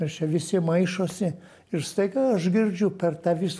ir čia visi maišosi ir staiga aš girdžiu per tą visą